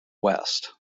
west